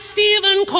Stephen